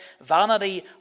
Vanity